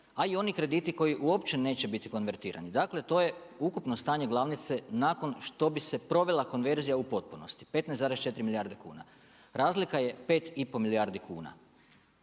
a i oni krediti koji uopće neće biti konvertirani. Dakle, to je ukupno stanje glavnice nakon što bi se provela konverzija u potpunosti, 15,4 milijarde kuna. Razlika je 5 i pol milijardi kuna.